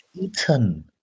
eaten